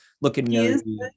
looking